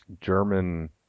German